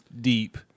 deep